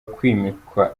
kwimika